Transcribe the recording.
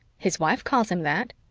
his wife calls him that.